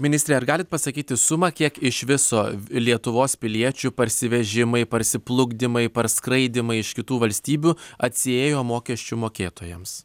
ministre ar galit pasakyti sumą kiek iš viso lietuvos piliečių parsivežimai parsiplukdymai parskraidymai iš kitų valstybių atsiėjo mokesčių mokėtojams